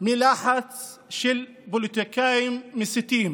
מלחץ של פוליטיקאים מסיתים.